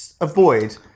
avoid